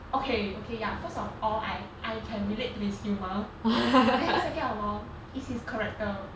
okay okay ya first of all I I can relate to his humor then second of all is his character